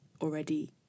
already